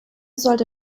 sollte